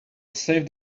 save